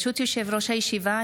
ברשות יושב-ראש הישיבה,